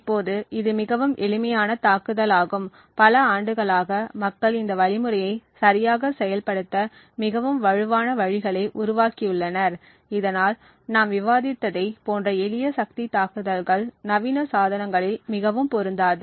இப்போது இது மிகவும் எளிமையான தாக்குதலாகும் பல ஆண்டுகளாக மக்கள் இந்த வழிமுறையை சரியாக செயல்படுத்த மிகவும் வலுவான வழிகளை உருவாக்கியுள்ளனர் இதனால் நாம் விவாதித்ததைப் போன்ற எளிய சக்தி தாக்குதல்கள் நவீன சாதனங்களில் மிகவும் பொருந்தாது